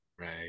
Right